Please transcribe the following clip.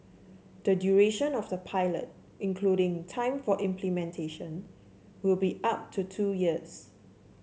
the duration of the pilot including time for implementation will be up to two years